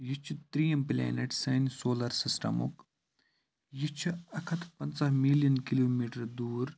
یہِ چھِ تریِم پٕلینیٚٹ سٲنِس سولَر سِسٹَمُک یہِ چھِ اَکھ ہتھ پَنژَہ ملِیَن کِلو مِیٹَر دور